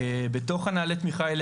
בתוך נהלי התמיכה האלה,